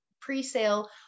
pre-sale